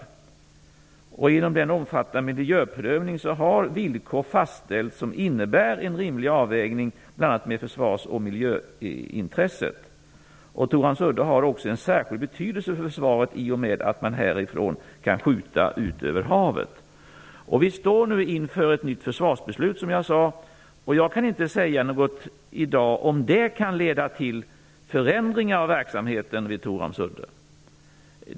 I och med omfattande miljöprövning har villkor fastställts som innebär en rimlig avvägning bl.a. mellan försvars och miljöintresset. Torhamns udde har också en särskild betydelse för försvaret i och med att man härifrån kan skjuta ut över havet. Vi står nu inför ett nytt försvarsbeslut, som jag tidigare sade. Jag kan i dag inte säga något om det kan leda till förändringar av verksamheten vid Torhamns udde.